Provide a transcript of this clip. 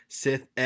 sith